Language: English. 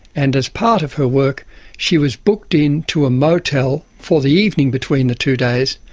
and as part of her work she was booked into a motel for the evening between the two days,